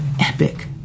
epic